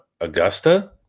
Augusta